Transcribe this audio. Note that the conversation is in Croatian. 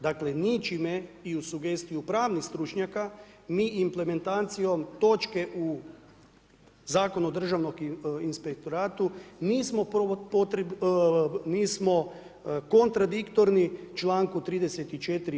Dakle, ničime i uz sugestiju pravnih stručnjaka mi implementacijom točke u Zakonu o državnom inspektoratu nismo kontradiktorni čl. 34.